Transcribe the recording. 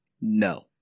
No